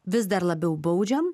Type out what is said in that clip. vis dar labiau baudžiam